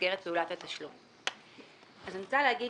במסגרת פעולת התשלום." אני רוצה להגיד